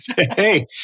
Hey